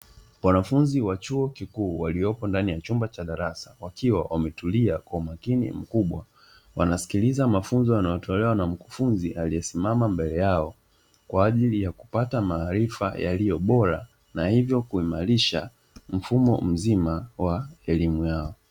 Wanafunzi wa chuo kikuu walioko ndani ya chumba cha darasa wakiwa wametulia kwa makini mkubwa, wanasikiliza mafunzo yanayotolewa na mkufunzi aliyesimama mbele yao kwa ajili ya kupata maarifa yaliyo bora na hivyo kuimarisha mfumo mzima wa elimu yao.